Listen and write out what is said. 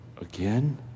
again